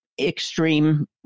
extreme